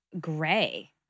gray